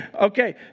Okay